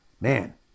Man